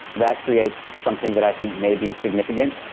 that creates something that i think may be significant.